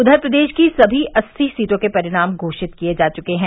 उधर प्रदेश की सभी अस्सी सीटों के परिणाम घोषित किये जा चुके हैं